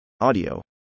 audio